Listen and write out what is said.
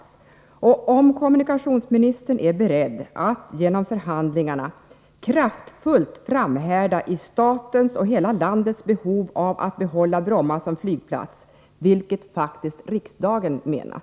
Jag vill också fråga om kommunikationsministern är beredd att genom förhandlingar kraftfullt framhärda när det gäller statens och hela landets behov av att behålla Bromma som flygplats, vilket faktiskt riksdagen menat.